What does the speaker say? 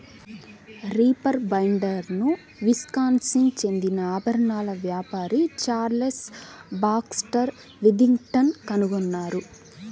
reaper బైండర్ను Wisconsin చెందిన ఆభరణాల వ్యాపారి చార్లెస్ బాక్స్టర్ విథింగ్టన్ కనుగొన్నారు